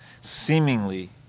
seemingly